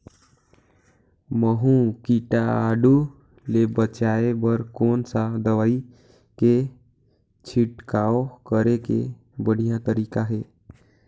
महू कीटाणु ले बचाय बर कोन सा दवाई के छिड़काव करे के बढ़िया तरीका हे?